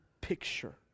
picture